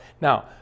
Now